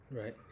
right